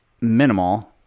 minimal